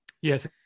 yes